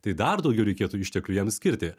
tai dar daugiau reikėtų išteklių jam skirti